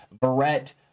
Barrett